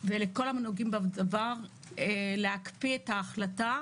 ולכל הנוגעים בדבר, להקפיא את ההחלטה